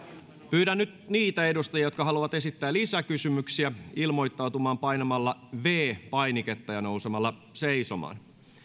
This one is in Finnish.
pyydän nyt niitä edustajia jotka haluavat esittää lisäkysymyksiä ilmoittautumaan painamalla viides painiketta ja nousemalla seisomaan